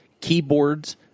keyboards